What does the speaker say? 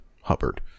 Hubbard